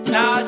Now